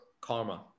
Karma